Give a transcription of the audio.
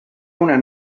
una